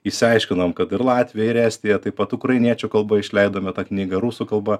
išsiaiškinome kad ir latvija ir estija taip pat ukrainiečių kalba išleidome tą knygą rusų kalba